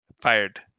fired